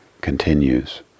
continues